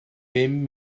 bum